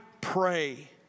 pray